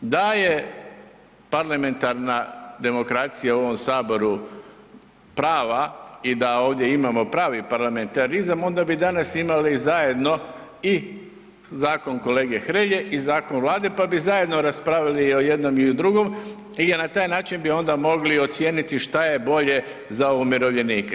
Da je parlamentarna demokracija u ovom Saboru prava i da ovdje imamo pravi parlamentarizam, onda bi danas imali zajedno i zakon kolege Hrelje i zakon Vlade pa bi zajedno raspravili i o jednom i o drugom i na taj način bi onda ocijeniti šta je bolje za umirovljenike.